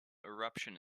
eruption